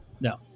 No